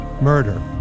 Murder